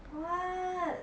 what